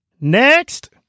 Next